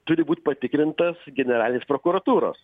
turi būt patikrintas generalinės prokuratūros